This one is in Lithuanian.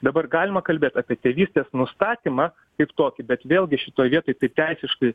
dabar galima kalbėt apie tėvystės nustatymą kaip tokį bet vėlgi šitoj vietoj tai teisiškai